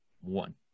one